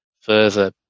further